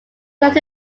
talked